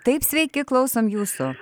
taip sveiki klausom jūsų